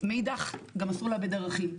מאידך, גם אסור לאבד ערכים,